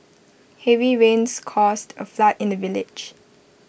heavy rains caused A flood in the village